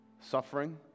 suffering